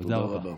תודה רבה.